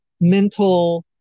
mental